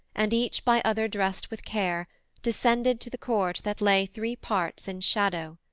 and each by other drest with care descended to the court that lay three parts in shadow,